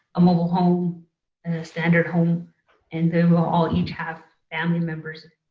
a mobile home, a standard home and they will all each have family members.